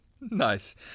Nice